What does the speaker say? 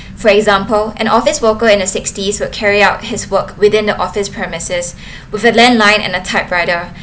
for example an office worker in a sixties will carry out his work within the office premises with a landline and a typewriter